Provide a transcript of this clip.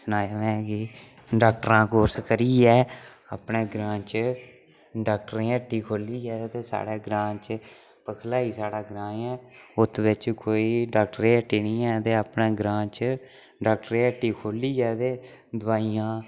सनाया में कि डाक्टरां दा कोर्स करियै अपने ग्रांऽ च डाक्टरें दी हट्टी खोलियै ते साढ़े ग्रांऽ च पख़लई साढ़ा ग्रांऽ ऐ ओह्दे बिच्च कोई डाक्टरै दी हट्टी नेईं ऐ ते अपने ग्रांऽ च डाक्टरै दी हट्टी खोलियै ते दवाइयां